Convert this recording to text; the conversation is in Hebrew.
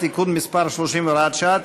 (תיקון מס' 30 והוראת שעה),